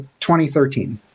2013